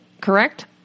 correct